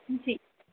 ठीकु